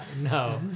no